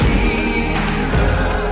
Jesus